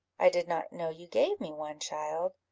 i did not know you gave me one, child.